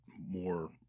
more